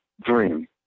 dream